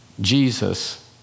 Jesus